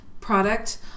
product